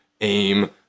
aim